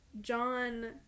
John